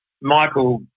Michael